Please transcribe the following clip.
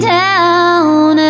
down